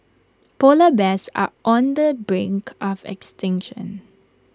Polar Bears are on the brink of extinction